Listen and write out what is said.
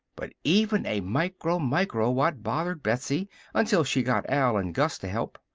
but even a micro-micro-watt bothered betsy until she got al and gus to help.